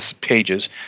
pages